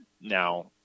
now